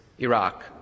Iraq